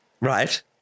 right